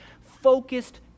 focused